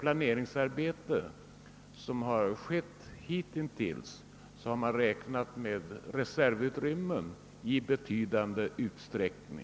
planeringsarbete som utförts hitintills är det nämligen räknat med avsevärda reservutrymmen.